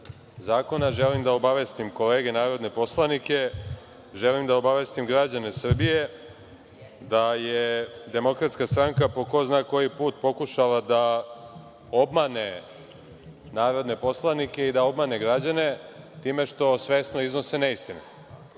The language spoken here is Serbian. zakona, želim da obavestim kolege narodne poslanike, želim da obavestim građane Srbije, da je Demokratska stranka po ko zna koji put pokušala da obmane narodne poslanike i da obmane građane time što svesno iznose